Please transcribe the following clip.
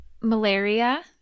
Malaria